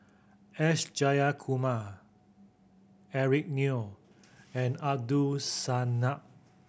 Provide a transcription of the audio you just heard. S Jayakumar Eric Neo and Abdul